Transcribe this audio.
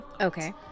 Okay